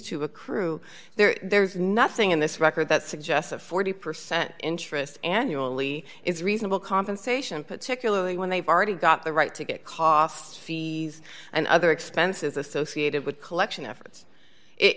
accrue there's nothing in this record that suggests a forty percent interest annually is reasonable compensation particularly when they've already got the right to get costs fees and other expenses associated with collection efforts